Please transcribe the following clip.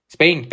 Spain